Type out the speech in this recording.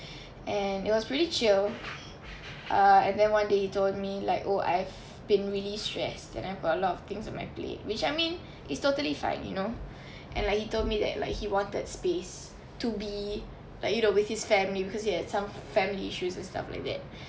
and it was really chill uh and then one day he told me like oh I've been really stressed and I got a lot of things on my plate which I mean it's totally fine you know and like he told me that like he wanted space to be like you know with his family because he had some family issues and stuff like that